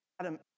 Adam